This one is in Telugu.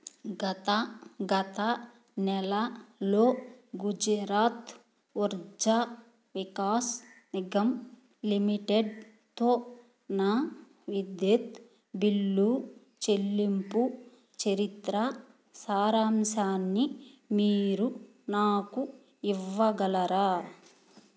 గత గత నెలలో గుజరాత్ ఉర్జా వికాస్ నిగమ్ లిమిటెడ్తో నా విద్యుత్ బిల్లు చెల్లింపు చరిత్ర సారాంశాన్ని మీరు నాకు ఇవ్వగలరా